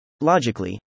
Logically